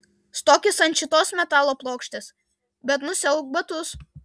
stokis ant šitos metalo plokštės bet nusiauk batus